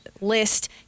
list